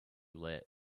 lit